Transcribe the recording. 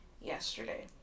yesterday